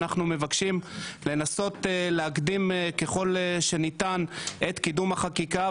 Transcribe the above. אנחנו מבקשים לנסות להקדים ככל שניתן את קידום החקיקה.